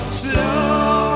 slow